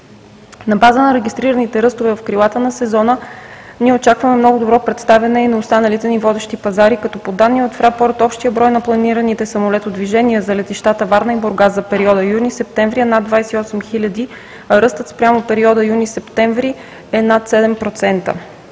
На база на регистрираните ръстове в крилата на сезона ние очакваме много добре представяне и на останалите ни водещи пазари, като по данни от „Фрапорт“ общият брой на планираните самолетодвижения за летищата Варна и Бургас за периода юни – септември е над 28 000, а ръстът спрямо периода юни – септември е над 7%.